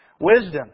Wisdom